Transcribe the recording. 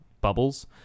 bubbles